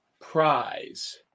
prize